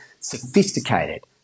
sophisticated